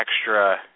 extra